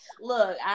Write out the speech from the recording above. Look